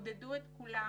שיעודדו את כולם